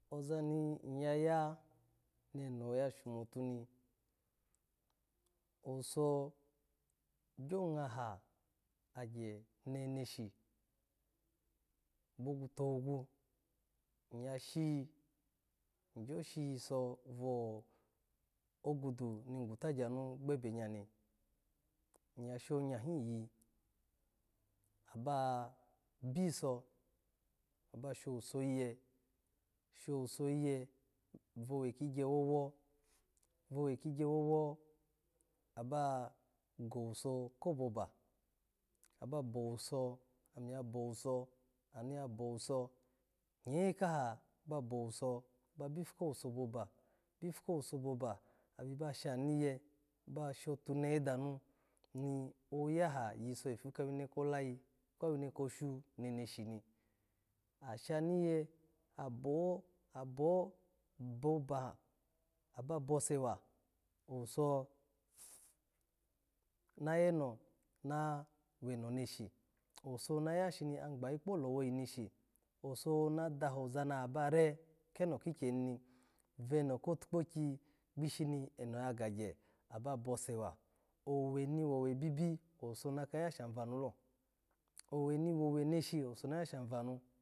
Oza ni ya, ya neno ya shomotu ni owuso gyo ngna ha agye neneshi obobo togwo, iyo shi, gyoshi yiso vo ogwudu ne gwutagye anugbebegya. iya shonya hi iyi, aba biso, aha showuso iye, showuso iye vowe kikyekwowo, vohee kikyewowo aba gowuso koboba, ababowuso. iya bowuso, anuyabanusi nye ka babowase, ba bipu kowaso boba, bipukowuso boba, abibashanu ye. ba shotunehe danu. ni oya ha giso ipu kawino kolayi kpawine koshan neneshi ni, ashaniye, abo, abo, abo boba aba bose wa owuso na yeno, na wuno neshi, owuso na yaha shagbayi kpo. olowyi eshi, owuso na daha oza naba re keno kikyeni, veno kotokpokyi pishi ni eno ya kagye, ha ba bose wa, owe ni woule bibi owuso ma ka ya havanulo, owe ni wowe neshi owuso na havanu.